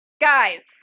guys